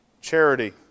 charity